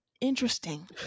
interesting